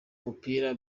umupira